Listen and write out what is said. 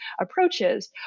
approaches